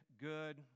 good